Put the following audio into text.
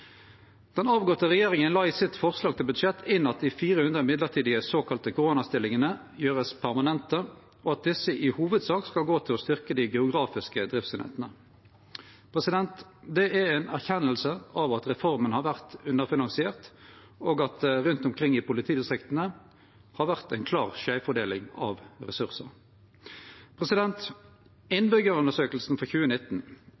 Den førre regjeringa la i sitt forslag til budsjett inn at dei 400 mellombelse såkalla koronastillingane vert permanente, og at desse i hovudsak skal gå til å styrkje dei geografiske driftseiningane. Det er ei erkjenning av at reforma har vore underfinansiert, og at det rundt omkring i politidistrikta har vore ei klar skeivfordeling av ressursar.